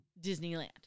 Disneyland